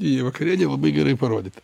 į vakarienę labai gerai parodyt